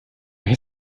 hier